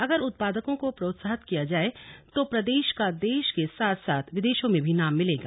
अगर उत्पादकों को प्रोत्साहित किया जाय तो प्रदेश का देश के साथ साथ विदेशों में भी नाम मिलेगा